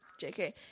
jk